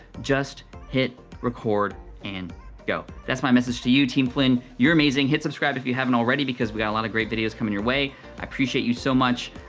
just hit record and go. that's my message to you, team flynn. you're amazing. hit subscribe if you haven't already because we got a lotta great videos coming your way. i appreciate you so much.